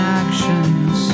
actions